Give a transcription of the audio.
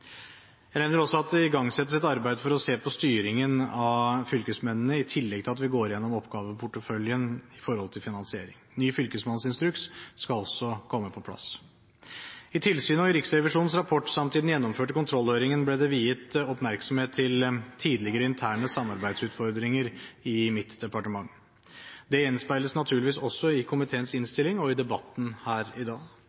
Jeg nevner også at det igangsettes et arbeid for å se på styringen av fylkesmennene, i tillegg til at vi går gjennom oppgaveporteføljen med tanke på finansiering. Ny fylkesmannsinstruks skal også komme på plass. I tilsynet og i Riksrevisjonens rapport samt i den gjennomførte kontrollhøringen ble det viet oppmerksomhet til tidligere interne samarbeidsutfordringer i mitt departement. Det gjenspeiles naturligvis også i komiteens innstilling og i debatten her i dag.